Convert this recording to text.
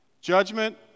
judgment